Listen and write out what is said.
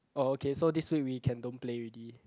oh okay so this week we can don't play already